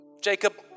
Jacob